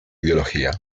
ideología